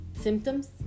symptoms